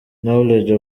knowledge